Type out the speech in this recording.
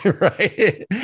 right